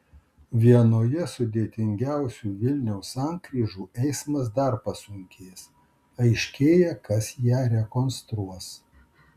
vienoje sudėtingiausių vilniaus sankryžų eismas dar pasunkės aiškėja kas ją rekonstruos